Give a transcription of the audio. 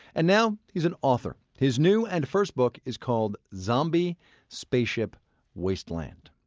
and now he's an author. his new and first book is called zombie spaceship wasteland.